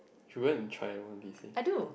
should go and try one of these days